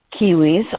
Kiwis